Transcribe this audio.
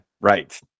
Right